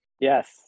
yes